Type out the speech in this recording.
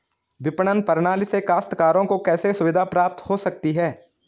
विपणन प्रणाली से काश्तकारों को कैसे सुविधा प्राप्त हो सकती है?